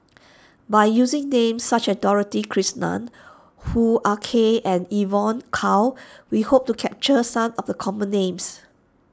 by using names such as Dorothy Krishnan Hoo Ah Kay and Evon Kow we hope to capture some of the common names